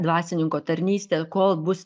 dvasininko tarnystė kol bus